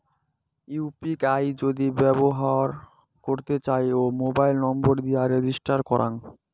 UPI যদি ব্যবহর করতে চাই, মোবাইল নম্বর দিয়ে রেজিস্টার করাং